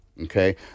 Okay